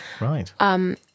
Right